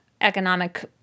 economic